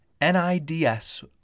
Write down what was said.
NIDS